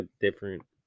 different